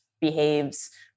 behaves